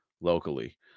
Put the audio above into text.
locally